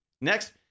Next